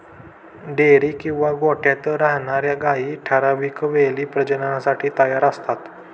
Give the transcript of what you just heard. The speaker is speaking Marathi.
डेअरी किंवा गोठ्यात राहणार्या गायी ठराविक वेळी प्रजननासाठी तयार असतात